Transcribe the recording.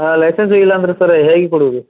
ಹಾಂ ಲೈಸೆನ್ಸೂ ಇಲ್ಲ ಅಂದ್ರೆ ಸರ್ ಹೇಗೆ ಕೊಡೋದು